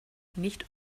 nicht